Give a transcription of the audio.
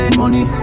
money